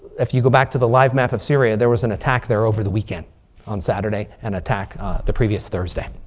if you go back to the live map of syria, there was an attack there over the weekend on saturday. an and attack the previous thursday.